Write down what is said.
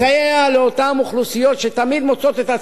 עצמן קולטות את החולשה והמצוקה של ישראל,